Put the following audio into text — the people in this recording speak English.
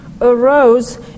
arose